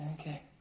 okay